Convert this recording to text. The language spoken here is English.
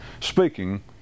speaking